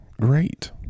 Great